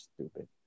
stupid